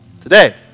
today